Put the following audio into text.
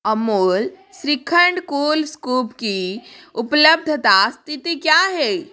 Amul shrikhand cool scoop की उपलब्धता स्थिति क्या है